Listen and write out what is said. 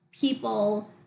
people